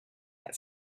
had